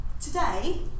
Today